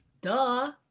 Duh